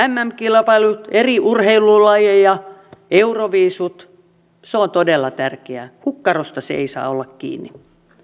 mm kilpailut eri urheilulajeja euroviisut on todella tärkeää kukkarosta se ei saa olla kiinni